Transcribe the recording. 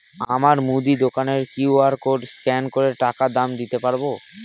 আমার মুদি দোকানের কিউ.আর কোড স্ক্যান করে টাকা দাম দিতে পারব?